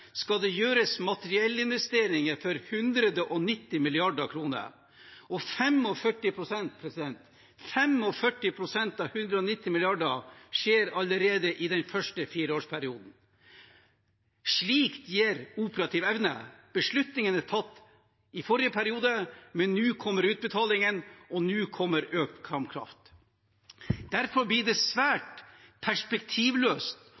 skal det gjøres materiellinvesteringer for 190 mrd. kr, og investeringene for 45 pst. av de 190 mrd. kr skjer allerede i den første fireårsperioden. Slikt gir operativ evne. Beslutningen er tatt i forrige periode, men nå kommer utbetalingen, og nå kommer økt kampkraft. Derfor blir det